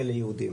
אם הוא יהודי